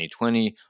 2020